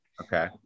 Okay